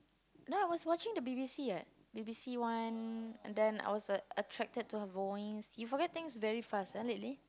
no I was watching the b_b_c [what] b_b_c one then I was attracted to her voice you forget things very fast ah lately